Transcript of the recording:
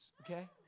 Okay